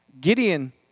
Gideon